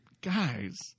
guys